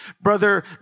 brother